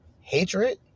hatred